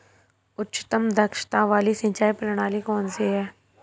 उच्चतम दक्षता वाली सिंचाई प्रणाली कौन सी है?